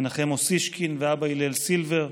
מנחם אוסישקין ואבא הלל סילבר"